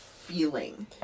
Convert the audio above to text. feeling